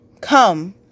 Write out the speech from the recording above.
Come